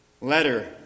letter